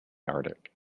arctic